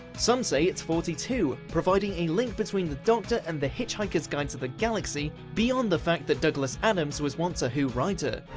some say it's forty two, providing a link between the doctor and the hitchhiker's guide to the galaxy, beyond the fact that douglas adams was once a who writer.